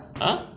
ah